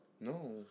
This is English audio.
No